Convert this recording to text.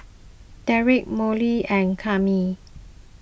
Derrek Molly and Kami